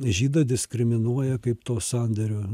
žydą diskriminuoja kaip to sandėrio